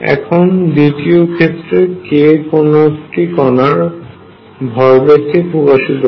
এখন দ্বিতীয় ক্ষেত্রে k কোনো কণার ভরবেগ কে প্রকাশিত করে